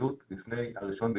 עכשיו לנציג מכל משרד